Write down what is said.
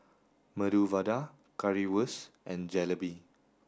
Medu Vada Currywurst and Jalebi